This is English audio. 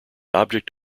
object